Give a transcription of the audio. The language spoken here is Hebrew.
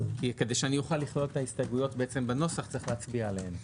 כדי שאני אוכל לכלול את ההסתייגויות בנוסח צריך להצביע עליהן.